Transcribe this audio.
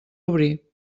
obrir